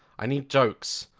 i need jokes!